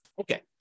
okay